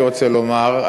אני רוצה לומר,